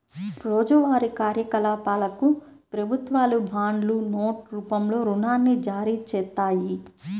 రోజువారీ కార్యకలాపాలకు ప్రభుత్వాలు బాండ్లు, నోట్ రూపంలో రుణాన్ని జారీచేత్తాయి